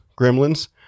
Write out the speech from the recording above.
gremlins